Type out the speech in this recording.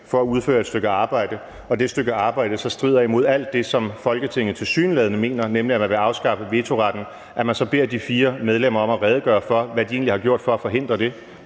for at udføre et stykke arbejde og det stykke arbejde så strider imod alt det, som Folketinget tilsyneladende mener, nemlig at man vil afskaffe vetoretten, så beder de fire medlemmer om at redegøre for, hvad de egentlig har gjort for at forhindre det.